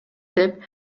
деп